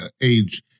age